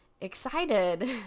excited